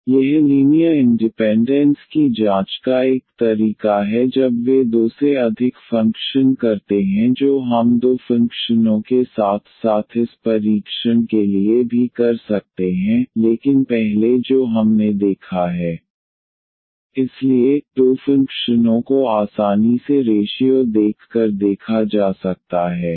तो यह linear independence की जांच का 1 तरीका है जब वे दो से अधिक फंक्शन करते हैं जो हम दो फंक्शनों के साथ साथ इस परीक्षण के लिए भी कर सकते हैं लेकिन पहले जो हमने देखा है इसलिए दो फंक्शनों को आसानी से रेशीओ देख कर देखा जा सकता है